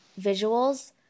visuals